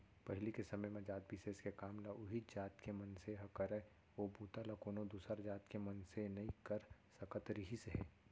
पहिली के समे म जात बिसेस के काम ल उहींच जात के मनसे ह करय ओ बूता ल कोनो दूसर जात के मनसे नइ कर सकत रिहिस हे